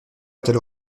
était